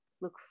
look